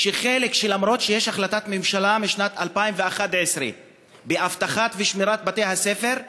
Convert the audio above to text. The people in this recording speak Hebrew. שאף שיש החלטת ממשלה משנת 2011 לאבטחת ושמירת בתי-הספר,